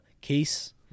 case